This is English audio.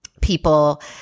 people